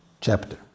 chapter